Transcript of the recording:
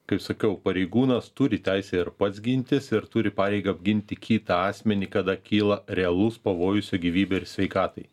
kaip sakiau pareigūnas turi teisę ir pats gintis ir turi pareigą apginti kitą asmenį kada kyla realus pavojus gyvybei ir sveikatai